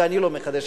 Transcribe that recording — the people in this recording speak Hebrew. מחדשת, ואני לא מחדש.